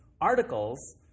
articles